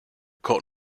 court